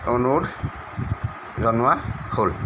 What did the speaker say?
অনুৰোধ জনোৱা হ'ল